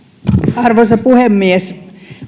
arvoisa puhemies